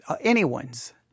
anyone's